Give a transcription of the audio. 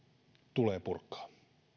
tulee purkaa